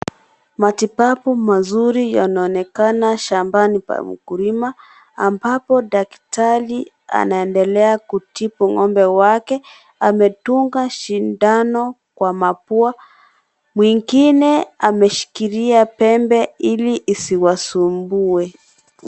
Matibabau mazuri yanaonekana shambani pa mkulima ambapo daktari anaendelea kutibu ngombe wake amedunga sindano kwa mapua mwingine ameshikilia pembe ili isiwasumbue.